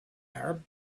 arab